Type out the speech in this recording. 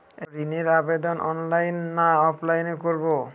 ঋণের আবেদন অনলাইন না অফলাইনে করব?